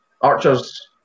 Archer's